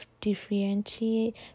differentiate